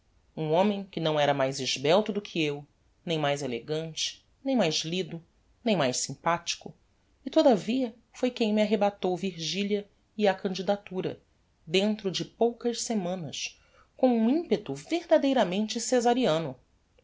um homem que não era mais esbelto do que eu nem mais elegante nem mais lido nem mais sympathico e todavia foi quem me arrebatou virgilia e a candidatura dentro de poucas semanas com um impeto verdadeiramente cesariano